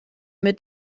mit